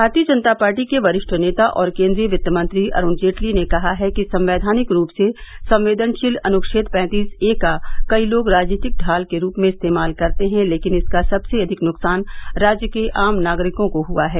भारतीय जनता पार्टी के वरिष्ठ नेता और केन्द्रीय वित्त मंत्री अरुण जेटली ने कहा है कि संवैधानिक रूप से संवेदनशील अनुछेद पैंतीस ए का कई लोग राजनीतिक ढाल के रूप में इस्तेमाल करते हैं लेकिन इसका सबसे अधिक नुकसान राज्य के आम नागरिकों को हुआ है